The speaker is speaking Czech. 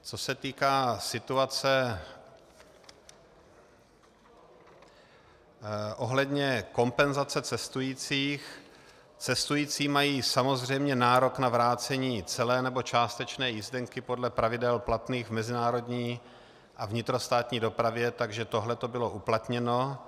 Co se týká situace ohledně kompenzace cestujících, cestující mají samozřejmě nárok na vrácení celé nebo částečné jízdenky podle pravidel platných v mezinárodní a vnitrostátní dopravě, takže toto bylo uplatněno.